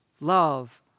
love